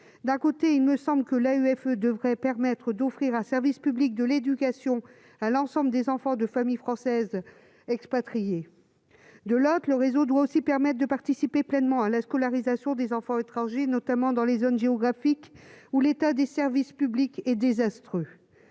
d'un côté, il me semble que la UFE devrait permettre d'offrir un service public de l'éducation à l'ensemble des enfants de familles françaises expatriées de l'autre le réseau doit aussi permettent de participer pleinement à la scolarisation des enfants étrangers, notamment dans les zones géographiques où l'état des services publics et désastreux,